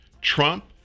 Trump